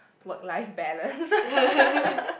work life balance